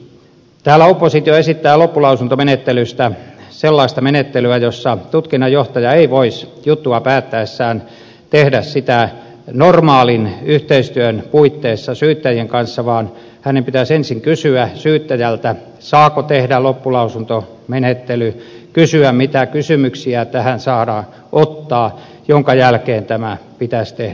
täällä oppositio esittää loppulausuntomenettelystä sellaista menettelyä jossa tutkinnanjohtaja ei voisi juttua päättäessään tehdä sitä normaalin yhteistyön puitteissa syyttäjien kanssa vaan hänen pitäisi ensin kysyä syyttäjältä saako tehdä loppulausuntomenettelyn kysyä mitä kysymyksiä tähän saadaan ottaa minkä jälkeen tämä pitäisi tehdä